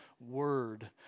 Word